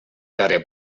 darrer